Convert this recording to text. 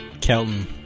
Kelton